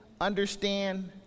understand